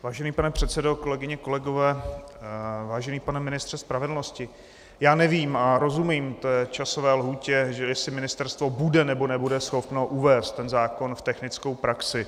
Vážený pane předsedo, kolegyně, kolegové, vážený pane ministře spravedlnosti, já nevím, a rozumím té časové lhůtě, jestli ministerstvo bude nebo nebude schopno uvést ten zákon v technickou praxi.